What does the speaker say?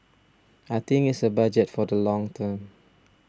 I think it's a Budget for the long term